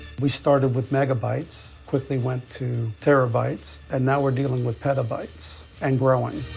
we started with megabytes, quickly went to terabytes. and now we're dealing with petabytes and growing.